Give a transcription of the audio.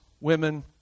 women